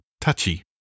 touchy